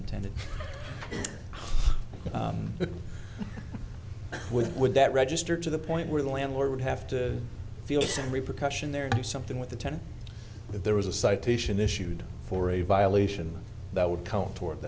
intended with would that register to the point where the landlord would have to feel some repercussion there and do something with the ten if there was a citation issued for a violation that would count toward